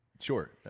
Sure